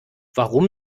warum